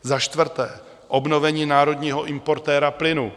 Za čtvrté, obnovení národního importéra plynu.